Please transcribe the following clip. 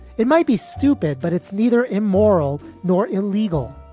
it might be stupid, but it's neither immoral nor illegal.